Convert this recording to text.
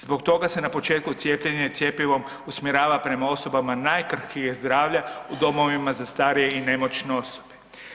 Zbog toga se na početku cijepljenje cjepivom usmjerava prema osobama najkrhkijeg zdravlja, u domovima za starije i nemoćno osobe.